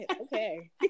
okay